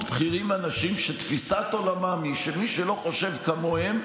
בכירים אנשים שתפיסת עולמם היא שמי שלא חושב כמוהם,